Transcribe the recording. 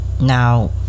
now